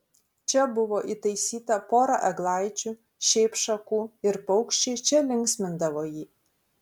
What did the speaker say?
čia buvo įtaisyta pora eglaičių šiaip šakų ir paukščiai čia linksmindavo jį